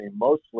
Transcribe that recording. mostly